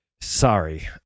sorry